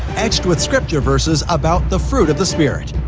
etched with scripture verses about the fruit of the spirit.